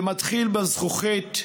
זה מתחיל בזכוכית,